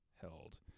held